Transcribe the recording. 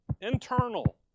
internal